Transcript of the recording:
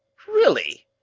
really,